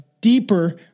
deeper